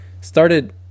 started